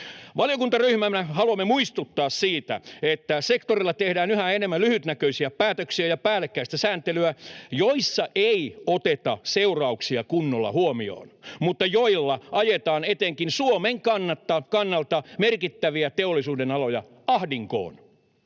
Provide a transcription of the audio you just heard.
Valiokuntaryhmänä haluamme muistuttaa siitä, että sektorilla tehdään yhä enemmän lyhytnäköisiä päätöksiä ja päällekkäistä sääntelyä, joissa ei oteta seurauksia kunnolla huomioon mutta joilla ajetaan etenkin Suomen kannalta merkittäviä teollisuudenaloja ahdinkoon.